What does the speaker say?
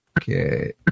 Okay